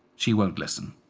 she won't listen.